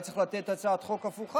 תודה רבה.